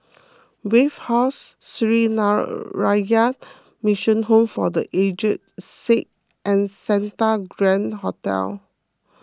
Wave House Sree Mission Home for the Aged Sick and Santa Grand Hotel